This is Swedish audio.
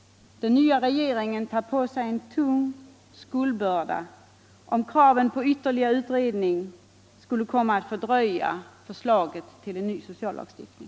Den nya regeringen tar på sig en stor skuldbörda, om kraven på ytterligare utredning skulle komma att fördröja förslaget till en ny sociallagstiftning.